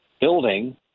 building